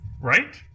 Right